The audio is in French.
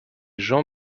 jean